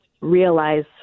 realize